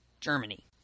Germany